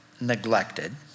neglected